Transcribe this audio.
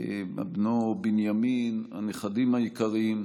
בנו, בנימין, הנכדים היקרים,